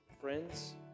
friends